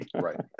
Right